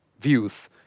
views